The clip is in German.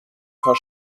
paar